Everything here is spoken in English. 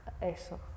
Eso